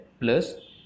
plus